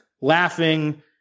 laughing